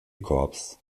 korps